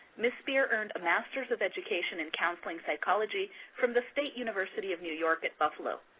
ms. spear earned a masters of education in counseling psychology from the state university of new york at buffalo.